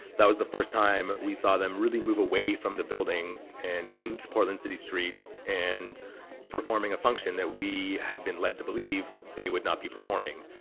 that was the first time we saw them really move away from the buildings and into portland city streets and performing a function that we had been led to believe they would not be performing.